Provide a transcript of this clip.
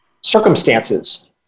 circumstances